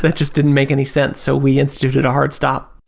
but just didn't make any sense. so we instituted a hard stop.